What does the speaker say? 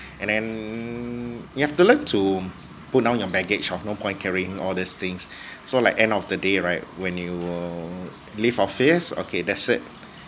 and then you have to learn to put down your baggage of no point carrying all these things so like end of the day right when you will leave office okay that's it